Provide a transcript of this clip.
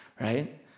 Right